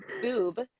boob